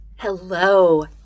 Hello